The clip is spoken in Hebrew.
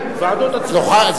לרשות המקומית.